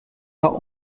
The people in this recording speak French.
pas